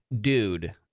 dude